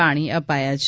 પાણી અપાય છે